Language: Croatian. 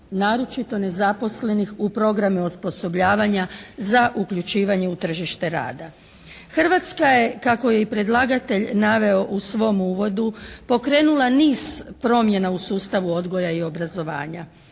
naročito nezaposlenih u programe osposobljavanja za uključivanje u tržište rada. Hrvatska je kako je i predlagatelj naveo u svom uvodu pokrenula niz promjena u sustavu odgoja i obrazovanja.